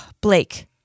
Blake